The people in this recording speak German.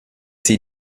sie